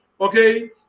okay